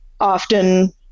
often